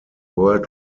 world